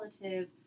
relative